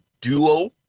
duo